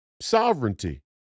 sovereignty